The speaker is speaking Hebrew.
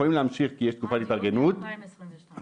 ארבע מאות חמישים,